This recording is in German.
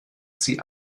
sie